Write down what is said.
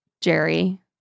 Jerry